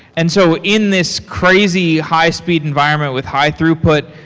and so in this crazy high-speed environment with high throughput,